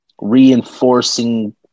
reinforcing